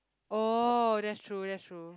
oh that's true that's true